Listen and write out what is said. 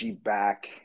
back